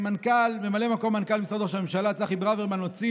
וממלא מנכ"ל משרד ראש הממשלה צחי ברוורמן הוציא